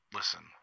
Listen